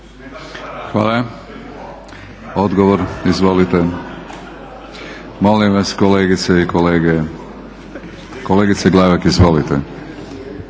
/Buka u dvorani./… Molim vas kolegice i kolege. Kolegice Glavak izvolite.